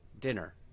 dinner